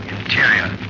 Interior